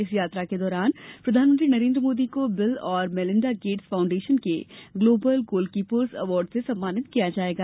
इस यात्रा के दौरान प्रधानमंत्री नरेन्द्र मोदी को बिल और मेलिंडा गेट्स फाउंडेशन के ग्लोबल गोलकीपर्स अवार्ड से सम्मानित किया जाएगा